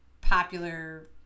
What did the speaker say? popular